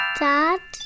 dad